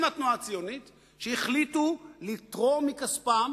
עם התנועה הציונית, שהחליטו לתרום מכספם